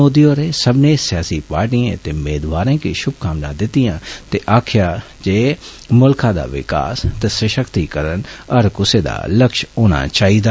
मोदी होरें सभनें सयासी पार्टियें ते मेदवारें गी षुभकामना दितियां ते आक्खेआ जे मुल्खा दा विकास हर कुसै दा लक्ष्य होना चाहिदा